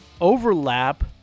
overlap